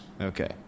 okay